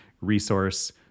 resource